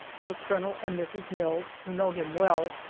for colonel and mrs. mills, who know him well,